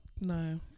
No